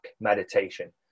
meditation